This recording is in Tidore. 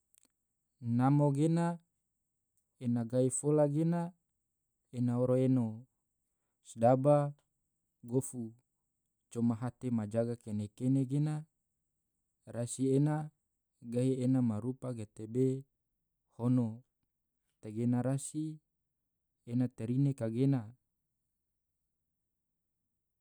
namo gena ena gahi fola gena ena oro eno sedaba gofu coma hate majaga kene-kene gena, rasi ena gahi ena ma rupa gatebe hono tegena rasi ena tarine kagena.